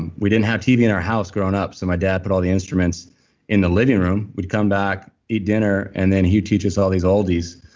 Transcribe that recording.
and we didn't have tv in our house growing up, so my dad put all the instruments in the living room. we'd come back, eat dinner, and then he teach us all these oldies.